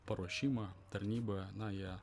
paruošimą tarnybą na jie